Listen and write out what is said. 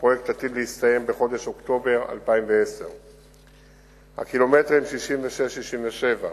הפרויקט עתיד להסתיים בחודש אוקטובר 2010. 3. הקילומטרים 66 67,